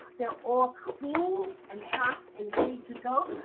they're all cleaned and chopped and ready to go.